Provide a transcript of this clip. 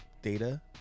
data